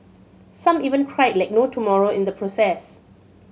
some even cried like no tomorrow in the process